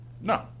No